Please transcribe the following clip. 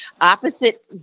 opposite